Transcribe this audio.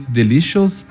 delicious